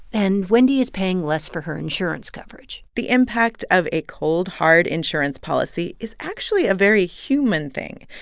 and wendy is paying less for her insurance coverage the impact of a cold, hard insurance policy is actually a very human thing.